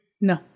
No